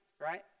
right